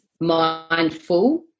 mindful